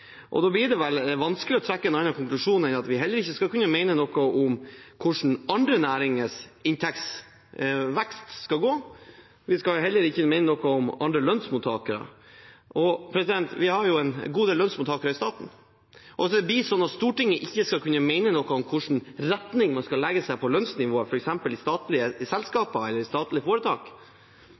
og da blir det vel vanskelig å trekke en annen konklusjon enn at vi heller ikke skal kunne mene noe om hvordan andre næringers inntektsvekst skal gå. Vi skal heller ikke mene noe om andre lønnsmottakere. Vi har en god del lønnsmottakere i staten, og hvis det blir sånn at Stortinget ikke skal kunne mene noe om hvilken retning man skal legge for lønnsnivået f.eks. i statlige selskaper eller i statlige foretak,